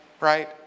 right